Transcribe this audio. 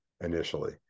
initially